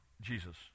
Jesus